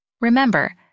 Remember